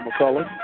McCullough